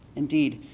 indeed,